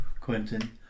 Quentin